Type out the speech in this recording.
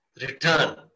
return